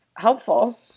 helpful